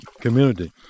community